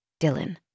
Dylan